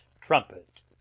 trumpet